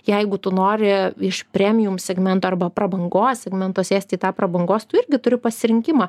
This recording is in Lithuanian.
jeigu tu nori iš premjum segmento arba prabangos segmento sėsti į tą prabangos tu irgi turi pasirinkimą